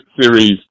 series